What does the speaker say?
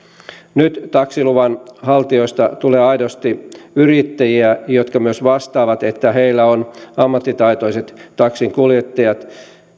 nyt taksiluvan haltijoista tulee aidosti yrittäjiä jotka myös vastaavat että heillä on ammattitaitoiset taksinkuljettajat